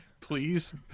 Please